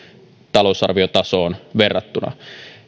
talousarviotasoon verrattuna